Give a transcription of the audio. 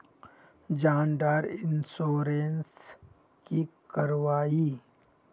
जान डार इंश्योरेंस की करवा ई?